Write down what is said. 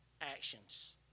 actions